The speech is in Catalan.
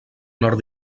nord